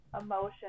emotion